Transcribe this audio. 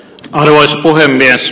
arvoisa puhemies